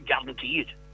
guaranteed